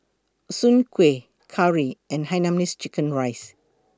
Soon Kuih Curry and Hainanese Chicken Rice